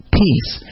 peace